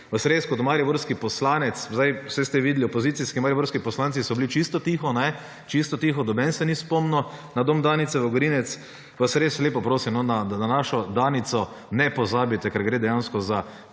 vas res kot mariborski poslanec, saj ste videli, opozicijski mariborski poslanci so bili čisto tiho, noben se ni spomnil na dom Danice Vogrinec, vas res lepo prosim, da na našo Danico ne pozabite, ker gre dejansko za